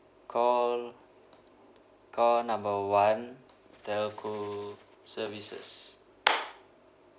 call call number one telco services